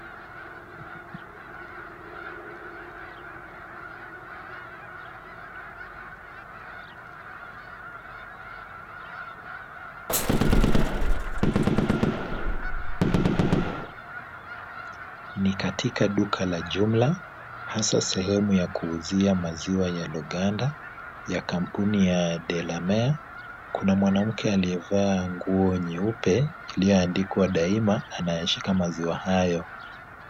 Ni katika duka la jumla, hasa sehemu ya kuuzia maziwa yalo ganda, ya kampuni ya Delamare. Kuna mwanamke aliyevalia nguo nyeupe iliyoandikwa Daima, anayeshika maziwa hayo.